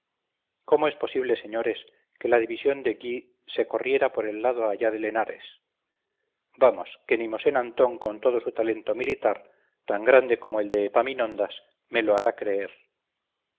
cómo es posible señores que la división de gui se corriera por el lado allá del henares vamos que ni mosén antón con todo su talento militar tan grande como el de epaminondas me lo hará creer